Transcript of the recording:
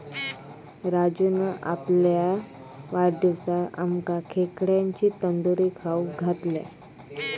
राजून आपल्या वाढदिवसाक आमका खेकड्यांची तंदूरी खाऊक घातल्यान